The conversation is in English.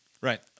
Right